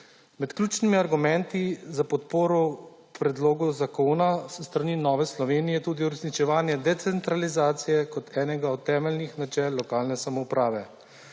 Med ključnimi argumenti za podporo predlogu zakona s strani Nove Slovenije tudi uresničevanje decentralizacije kot enega od temeljnih načel lokalne samouprave.